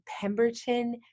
Pemberton